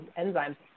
enzymes